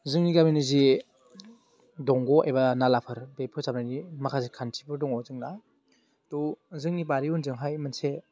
जोंनि गामिनि जे दंग' एबा नालाफोर बे फोसाबनायनि माखासे खान्थिफोर दङ जोंनाथ' जोंनि बारि उनजोंहाय मोनसे